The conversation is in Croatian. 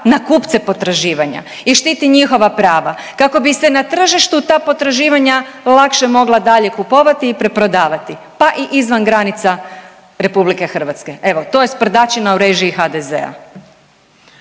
na kupce potraživanja i štiti njihova prava kako bi se na tržištu ta potraživanja lakše mogla dalje kupovati i preprodavati pa i izvan granica RH. Evo, to je sprdačina u režiji HDZ-a.